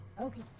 Okay